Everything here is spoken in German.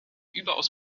überaus